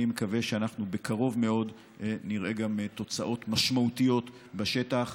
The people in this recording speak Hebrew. אני מקווה שאנחנו בקרוב מאוד נראה גם תוצאות משמעותיות בשטח.